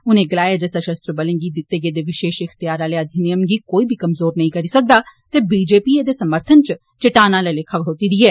उनें गलाया जे सशस्त्र बलें गी दित्ते गेदे विशेष इख्तेयार आह्ले अधिनियम गी कोई बी कमजोर नेई करी सकदा ते बीजेपी एह्दे समर्थन च चट्टान आह्ले लेखा खड़ोती दी ऐ